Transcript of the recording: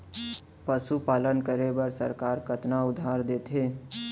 पशुपालन करे बर सरकार कतना उधार देथे?